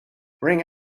ring